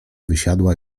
wysiadała